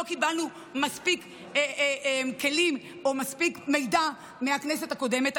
לא קיבלנו מספיק כלים ומספיק מידע מהכנסת הקודמת.